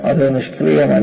അത് നിഷ്ക്രിയമല്ല